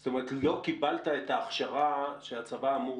זאת אומרת שלא קיבלת את ההכשרה שהצבא אמור